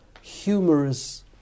humorous